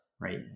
right